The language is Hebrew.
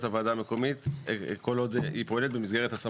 הוועדה המקומית כל עוד היא פועלת במסגרת הסמכות.